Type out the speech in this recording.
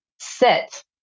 sit